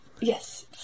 Yes